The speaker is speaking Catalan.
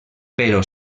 però